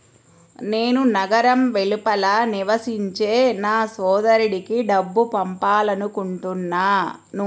నేను నగరం వెలుపల నివసించే నా సోదరుడికి డబ్బు పంపాలనుకుంటున్నాను